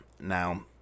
Now